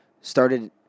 started